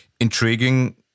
intriguing